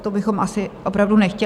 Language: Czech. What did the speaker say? To bychom asi opravdu nechtěli.